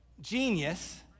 genius